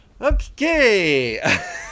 Okay